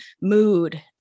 mood